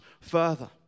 further